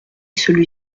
celui